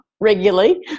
regularly